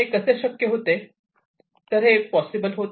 हे कसे शक्य होते